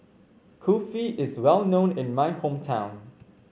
Kulfi is well known in my hometown